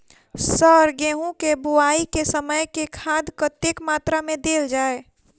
Sir गेंहूँ केँ बोवाई केँ समय केँ खाद कतेक मात्रा मे देल जाएँ?